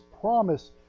promise